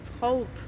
hope